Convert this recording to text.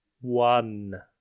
one